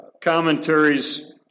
commentaries